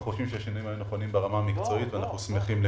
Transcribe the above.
אנחנו חושבים שהשינויים היו נכונים ברמה המקצועית ואנחנו שמחים לכך.